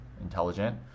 intelligent